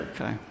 okay